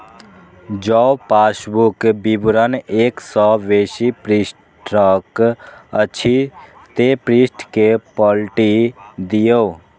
जौं पासबुक विवरण एक सं बेसी पृष्ठक अछि, ते पृष्ठ कें पलटि दियौ